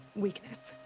weakness.